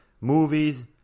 movies